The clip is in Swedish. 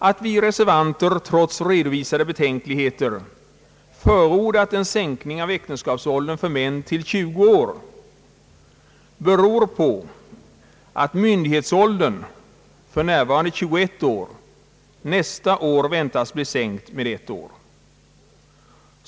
Att vi reservanter trots redovisade betänkligheter förordat en sänkning av äktenskapsåldern för män till 20 år beror på att myndighetsåldern, för närvarande 21 år, nästa år väntas bli sänkt med ett år.